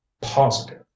Positive